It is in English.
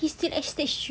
he still at stage three